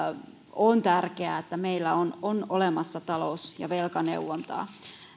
on tärkeää että meillä on on olemassa talous ja velkaneuvontaa